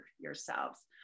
yourselves